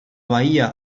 bahía